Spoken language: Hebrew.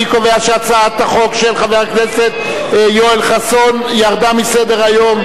אני קובע שהצעת החוק של חבר הכנסת יואל חסון ירדה מסדר-היום,